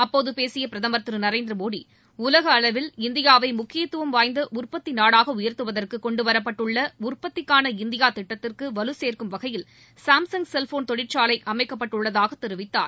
அப்போது பேசிய பிரதமர் திரு நரேந்திரமோடி உலக அளவில் இந்தியாவை முக்கியத்துவம் வாய்ந்த உற்பத்தி நாடாக உயர்த்துவதற்கு கொண்டுவரப்பட்டுள்ள உற்பத்திக்கான இந்தியா திட்டத்திற்கு வலுசேர்க்கும் வகையில் சாம்சங் ச செல்போன் தொழிற்சாலை அமைக்கப்பட்டுள்ளதாக தெரிவித்தார்